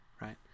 right